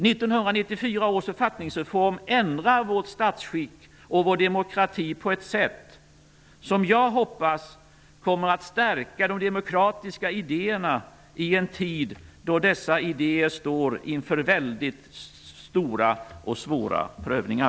1994 års författningsreform ändrar vårt statsskick och vår demokrati på ett sätt som jag hoppas kommer att stärka de demokratiska idéerna i en tid då dessa står inför stora och svåra prövningar.